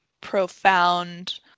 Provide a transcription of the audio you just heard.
profound